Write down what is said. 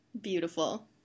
Beautiful